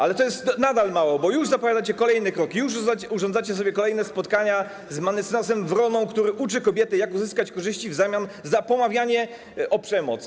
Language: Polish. Ale to jest nadal mało, bo już zapowiadacie kolejne kroki, już urządzacie sobie kolejne spotkania z mecenasem Wroną, który uczy kobiety, jak uzyskać korzyści w zamian za pomawianie o przemoc.